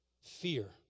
fear